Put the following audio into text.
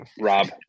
Rob